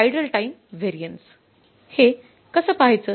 हे कस पाहायचं